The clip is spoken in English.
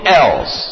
else